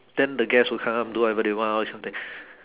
then the guest who do whatever they want all this kind of thing